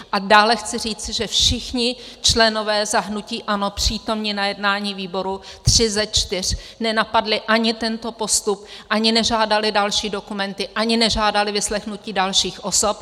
A dále chci říct, že všichni členové za hnutí ANO přítomní na jednání výboru, tři ze čtyř, nenapadli ani tento postup, ani nežádali další dokumenty, ani nežádali vyslechnutí dalších osob!